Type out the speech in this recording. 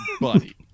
Buddy